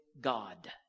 God